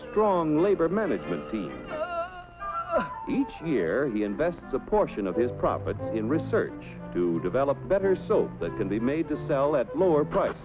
strong labor management team each year he invests a portion of his property in research to develop better so they can be made to sell at lower price